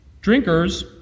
Drinkers